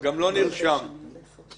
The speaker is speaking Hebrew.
זה בדרך כלל הכלל לגבי הארכת התיישנות.